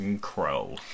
crow